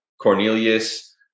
Cornelius